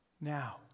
now